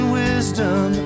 wisdom